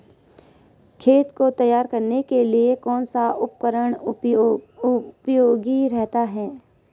खेत को तैयार करने के लिए कौन सा उपकरण उपयोगी रहता है?